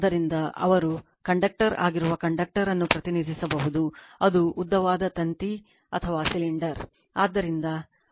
ಆದ್ದರಿಂದ ಅವರು ಕಂಡಕ್ಟರ್ ಆಗಿರುವ ಕಂಡಕ್ಟರ್ ಅನ್ನು ಪ್ರತಿನಿಧಿಸಬಹುದು ಅದು ಉದ್ದವಾದ ತಂತಿ ಸಿಲಿಂಡರ್